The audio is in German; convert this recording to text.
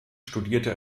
studierte